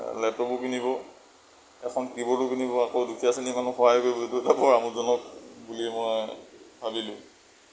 লেপটপো কিনিব এখন কী বৰ্ডো কিনিব আকৌ দুখীয়া শ্ৰেণীৰ মানুহক সহায়ো কৰিব এইটো এটা বৰ আমোদজনক বুলিয়ে মই ভাবিলোঁ